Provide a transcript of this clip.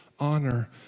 Honor